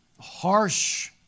harsh